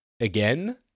again